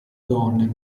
donne